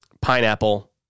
pineapple